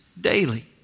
daily